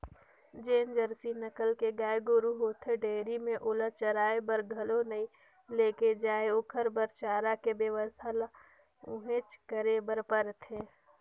जेन जरसी नसल के गाय गोरु होथे डेयरी में ओला चराये बर घलो नइ लेगे जाय ओखर बर चारा के बेवस्था ल उहेंच करे बर परथे